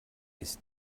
ist